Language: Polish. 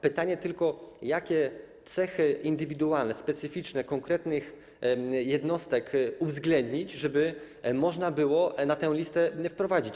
Pytanie tylko, jakie cechy indywidualne, specyficzne konkretnych jednostek uwzględnić, żeby można było je na tę listę wprowadzić.